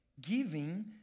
giving